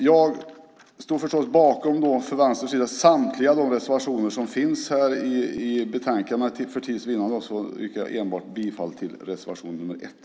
Jag står förstås bakom samtliga reservationer från Vänstern som finns i betänkandet, men för tids vinnande yrkar jag bifall enbart till reservation 1.